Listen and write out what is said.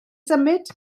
symud